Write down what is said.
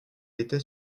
était